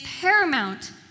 paramount